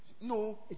no